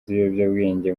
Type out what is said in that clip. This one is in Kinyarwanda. z’ibiyobyabwenge